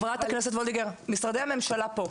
חברת הכנסת וולדיגר, משרדי הממשלה פה,